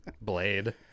Blade